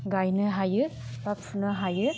गाइनो हायो बा फुनो हायो